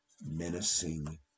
menacing